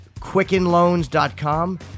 Quickenloans.com